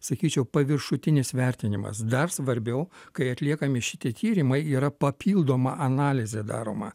sakyčiau paviršutinis vertinimas dar svarbiau kai atliekami šitie tyrimai yra papildoma analizė daroma